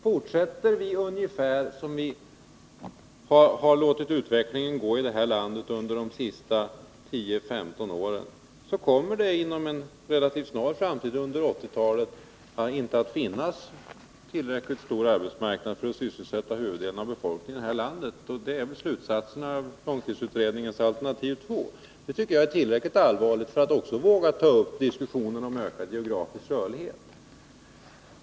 Fortsätter vi som vi har låtit utvecklingen gå under de senaste 10-15 åren, kommer det relativt snart under 1980-talet inte att finnas en tillräckligt stor arbetsmarknad för att sysselsätta huvuddelen av befolkningen i vårt land. Det är slutsatsen av långtidsutredningens alternativ 2. Detta tycker jag är tillräckligt allvarligt för att jag skall våga ta upp diskussionen om ökad geografisk rörlighet.